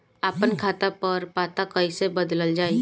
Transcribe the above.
आपन खाता पर पता कईसे बदलल जाई?